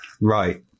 Right